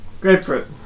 Grapefruit